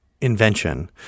invention